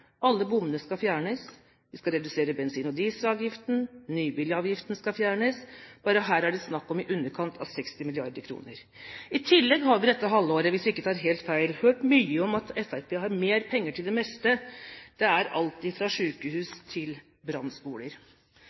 Alle bommene skal fjernes, de skal redusere bensin- og dieselavgiften, nybilavgiften skal fjernes; bare her er det snakk om i underkant av 60 mrd. kr. I tillegg har vi dette halvåret – hvis vi ikke tar helt feil – hørt mye om at Fremskrittspartiet har mer penger til det meste. Det er alt fra sykehus til brannskoler.